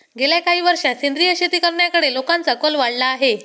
गेल्या काही वर्षांत सेंद्रिय शेती करण्याकडे लोकांचा कल वाढला आहे